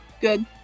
good